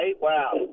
wow